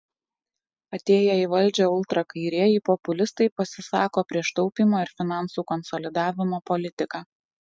atėję į valdžią ultrakairieji populistai pasisako prieš taupymo ir finansų konsolidavimo politiką